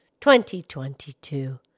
2022